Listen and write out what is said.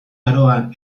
aroan